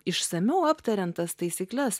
išsamiau aptariant tas taisykles